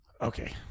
Okay